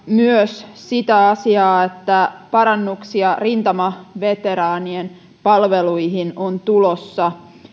myös sitä asiaa että parannuksia rintamaveteraanien palveluihin on tulossa